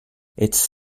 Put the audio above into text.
its